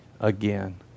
again